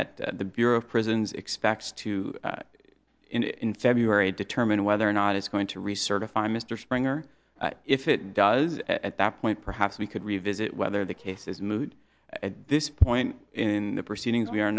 that the bureau of prisons expects to in february determine whether or not it's going to recertify mr springer if it does at that point perhaps we could revisit whether the case is moot at this point in the proceedings we are